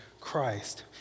Christ